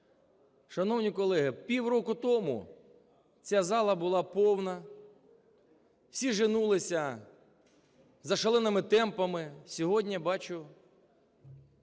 Шановні колеги, півроку тому ця зала була повна, всі женулися за шаленими темпами, сьогодні, бачу,